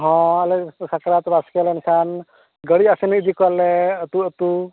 ᱦᱳᱭ ᱟᱞᱮ ᱥᱟᱠᱨᱟᱛ ᱵᱟᱥᱠᱮ ᱞᱮᱱ ᱠᱷᱟᱱ ᱜᱟᱹᱲᱤ ᱟᱥᱮᱱ ᱤᱫᱤ ᱠᱚᱣᱟᱞᱮ ᱟᱛᱳ ᱟᱛᱳ